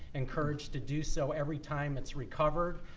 encouraged to do so every time it's recovered,